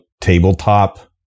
tabletop